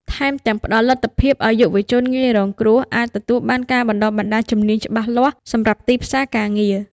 ថែមទាំងផ្តល់លទ្ធភាពឲ្យយុវជនងាយរងគ្រោះអាចទទួលបានការបណ្តុះបណ្តាលជំនាញច្បាស់លាស់សម្រាប់ទីផ្សារការងារ។